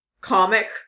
comic